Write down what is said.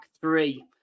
three